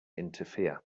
interfere